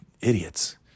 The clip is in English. idiots